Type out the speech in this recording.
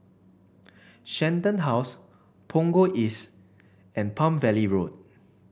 Shenton House Punggol East and Palm Valley Road